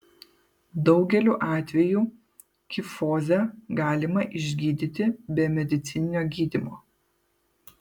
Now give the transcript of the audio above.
daugeliu atvejų kifozę galima išgydyti be medicininio gydymo